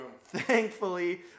thankfully